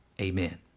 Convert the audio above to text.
Amen